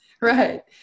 Right